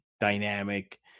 dynamic